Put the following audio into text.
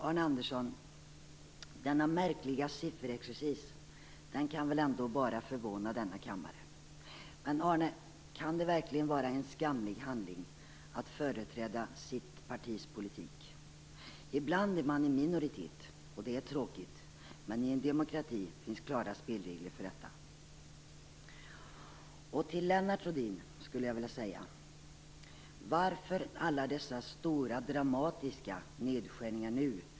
Arne Andersson, den märkliga sifferexercisen kan väl ändå bara förvåna denna kammare. Men, Arne Andersson, kan det verkligen vara en skamlig handling att man företräder sitt partis politik? Ibland är man i minoritet, och det är tråkigt. Men i en demokrati finns det klara spelregler för detta. Lennart Rohdin, varför alla dessa stora dramatiska nedskärningar nu?